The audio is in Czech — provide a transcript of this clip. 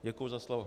Děkuji za slovo.